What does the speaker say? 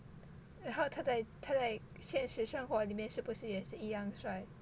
然后他的他的现实生活里面是不是也是一样帅